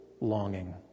longing